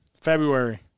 February